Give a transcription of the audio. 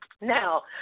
Now